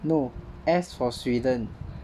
no S for Sweden